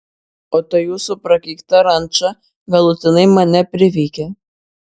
o ta jūsų prakeikta ranča galutinai mane priveikė